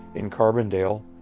in carbondale,